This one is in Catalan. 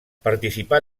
participà